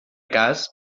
cas